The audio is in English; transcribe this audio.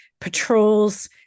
patrols